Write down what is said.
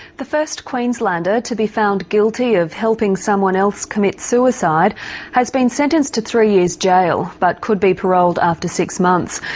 the first queenslander to be found guilty of helping someone else commit suicide has been sentenced to three years' jail, but could be paroled after six months.